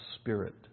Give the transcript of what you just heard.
Spirit